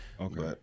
okay